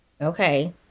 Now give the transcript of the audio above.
okay